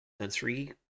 sensory